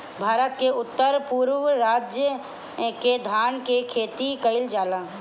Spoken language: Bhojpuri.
भारत के उत्तर पूरब राज में धान के खेती कईल जाला